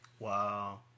Wow